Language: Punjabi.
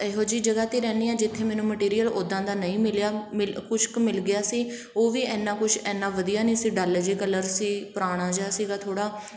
ਇਹੋ ਜਿਹੀ ਜਗ੍ਹਾ 'ਤੇ ਰਹਿੰਦੀ ਹਾਂ ਜਿੱਥੇ ਮੈਨੂੰ ਮਟੀਰੀਅਲ ਉੱਦਾਂ ਦਾ ਨਹੀਂ ਮਿਲਿਆ ਮਿਲ ਕੁਛ ਕੁ ਮਿਲ ਗਿਆ ਸੀ ਉਹ ਵੀ ਐਨਾ ਕੁਛ ਐਨਾ ਵਧੀਆ ਨਹੀਂ ਸੀ ਡੱਲ ਜਿਹੇ ਕਲਰ ਸੀ ਪੁਰਾਣਾ ਜਿਹਾ ਸੀਗਾ ਥੋੜ੍ਹਾ